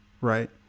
right